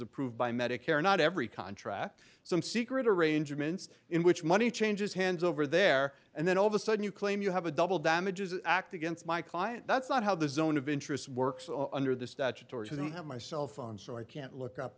approved by medicare not every contract some secret arrangements in which money changes hands over there and then all of a sudden you claim you have a double damages act against my client that's not how the zone of interest works under the statutory doesn't have my cell phone so i can't look up